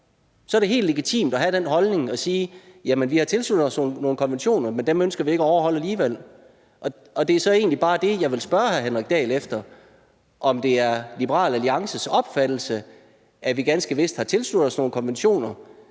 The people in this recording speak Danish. Så er det helt legitimt at have den holdning, hvor man siger: Jamen vi har tilsluttet os nogle konventioner, men dem ønsker vi ikke at overholde alligevel. Og det er så egentlig bare det, jeg vil spørge hr. Henrik Dahl om, altså om det er Liberal Alliances opfattelse, at vi ganske vist har tilsluttet os nogle konventioner,